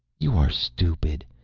you are stupid.